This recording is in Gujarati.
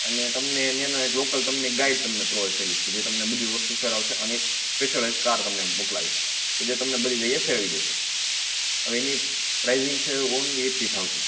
અને તમને ન્યાયનો એક લોકલ તમને એક ગાઈડ તમને પ્રોવાઈડ કરીએ જે તમને બધી વસ્તુ ફેરવસે અને સ્પેસલાઈજ કાર તમને મોકલાવે જે તે તમને બધી જગ્યા એ ફેરવી દેસે હવે એની પ્રાઈજિંગ છે ઓન બી એટી થાઉઝન